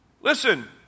Listen